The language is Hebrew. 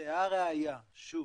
והראיה, שוב,